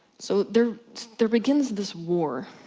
so, there there begins this war,